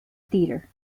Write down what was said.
theater